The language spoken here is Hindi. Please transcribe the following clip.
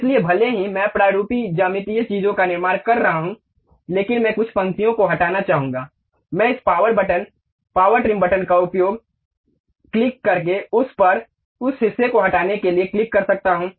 इसलिए भले ही मैं प्ररूपी ज्यामितीय चीजों का निर्माण कर रहा हूं लेकिन मैं कुछ पंक्तियों को हटाना चाहूंगा मैं इस power button power trim button का उपयोग क्लिक करके उस पर उस हिस्से को हटाने के लिए क्लिक कर सकता हूं